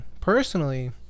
personally